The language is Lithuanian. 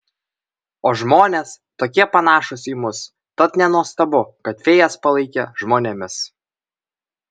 o žmonės tokie panašūs į mus tad nenuostabu kad fėjas palaikė žmonėmis